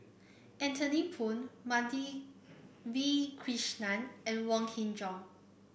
Anthony Poon Madhavi Krishnan and Wong Kin Jong